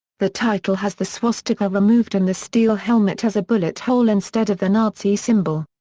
the title has the swastika removed and the steel helmet has a bullet hole instead of the nazi symbol.